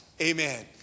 Amen